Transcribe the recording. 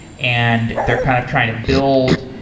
and they're kind of trying to build,